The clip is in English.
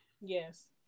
Yes